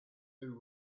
two